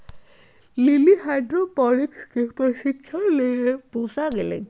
lily hydroponics के प्रशिक्षण लेवे पूसा गईलय